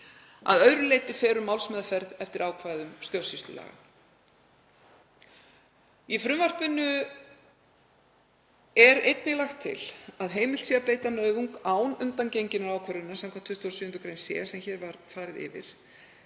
Að öðru leyti fer um málsmeðferð eftir ákvæðum stjórnsýslulaga. Í frumvarpinu er einnig lagt til að heimilt sé að beita nauðung án undangenginnar ákvörðunar samkvæmt 27. gr. c, sem hér var farið yfir,